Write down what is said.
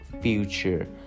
future